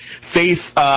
Faith